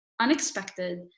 unexpected